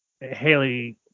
Haley